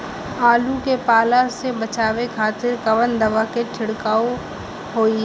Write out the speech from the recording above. आलू के पाला से बचावे के खातिर कवन दवा के छिड़काव होई?